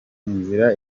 inzira